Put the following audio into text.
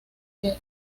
que